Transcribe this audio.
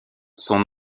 son